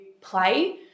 play